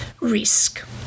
risk